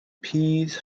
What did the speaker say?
peas